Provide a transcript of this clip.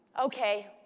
okay